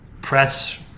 press